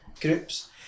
groups